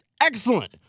excellent